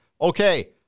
Okay